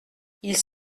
ils